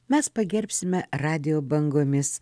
mes pagerbsime radijo bangomis